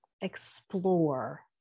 explore